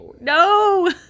No